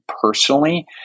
personally